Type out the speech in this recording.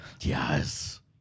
Yes